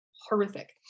horrific